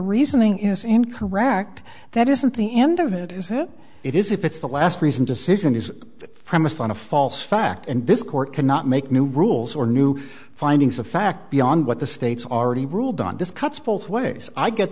reasoning is incorrect that isn't the end of it is who it is if it's the last reasoned decision is premised on a false fact and this court cannot make new rules or new findings of fact beyond what the states already ruled on this cuts both ways i get